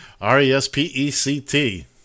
R-E-S-P-E-C-T